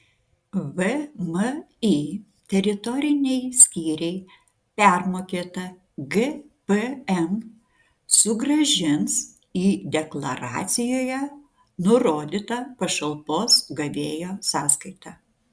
vmi teritoriniai skyriai permokėtą gpm sugrąžins į deklaracijoje nurodytą pašalpos gavėjo sąskaitą